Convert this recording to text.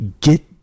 get